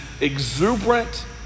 exuberant